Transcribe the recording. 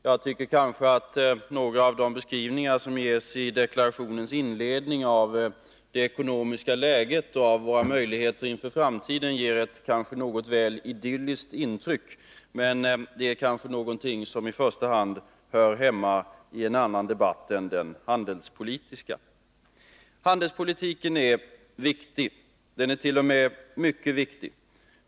Jag tycker kanske att några av de beskrivningar som ges i deklarationens inledning av det ekonomiska läget och våra möjligheter inför framtiden ger ett något väl idylliskt intryck, men den diskussionen hör kanske i första hand hemma i en annan debatt än den handelspolitiska. Handelspolitiken är viktig. Den ärt.o.m. mycket viktig.